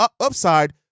upside